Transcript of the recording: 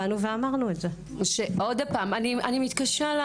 עוד פעם, אני מתקשה.